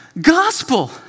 gospel